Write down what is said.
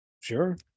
Sure